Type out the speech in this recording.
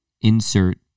insert